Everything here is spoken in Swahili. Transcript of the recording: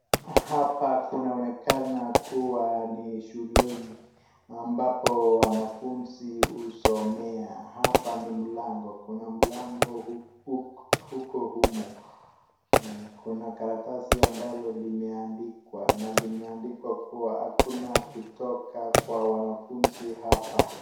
Hapa kunaonekana kuwa ni shuleni ambapo wanafunzi husomea. Hapa ni mlango kuna mlango huko humo, kuna karatasi ambalo limeandikwa na limeandikwa kuwa hakuna kutoka kwa wanafunzi hapa.